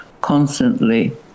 constantly